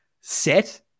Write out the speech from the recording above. set